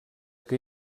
que